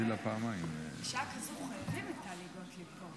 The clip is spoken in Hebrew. הערבות ההדדית בינינו היא כמו חוט בלתי נראה,